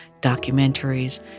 documentaries